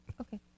okay